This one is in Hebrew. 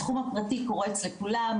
התחום הפרטי קורץ לכולם,